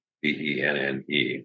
B-E-N-N-E